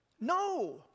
No